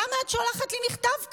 למה את שולחת לי מכתב כזה?